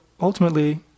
ultimately